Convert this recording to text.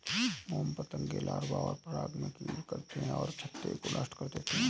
मोम पतंगे लार्वा और पराग पर फ़ीड करते हैं और छत्ते को नष्ट कर देते हैं